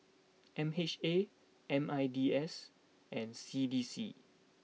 M H A M I N D S and C D C